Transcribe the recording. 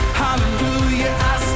Hallelujah